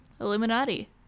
Illuminati